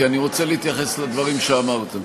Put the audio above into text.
כי אני רוצה להתייחס לדברים שאמרת.